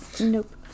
Nope